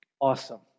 Awesome